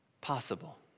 possible